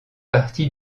partie